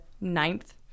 ninth